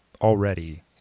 already